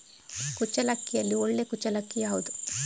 ಕುಚ್ಚಲಕ್ಕಿಯಲ್ಲಿ ಒಳ್ಳೆ ಕುಚ್ಚಲಕ್ಕಿ ಯಾವುದು?